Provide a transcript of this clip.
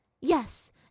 Yes